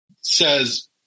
says